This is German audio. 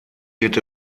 wird